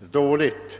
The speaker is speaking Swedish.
dåligt.